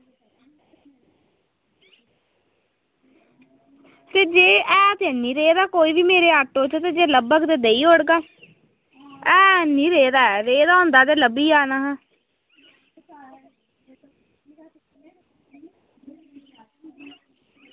ते जे ऐ ते निं रेह्दा कोई मेरे आटो च ते जे लब्भग ते देई ओड़गा ऐ निं रेह्दा ऐ रेह्दा होंदा हा लब्भी जाना हा